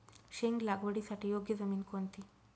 शेंग लागवडीसाठी योग्य जमीन कोणती?